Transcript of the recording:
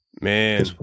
Man